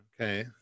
okay